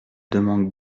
demande